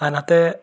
আনহাতে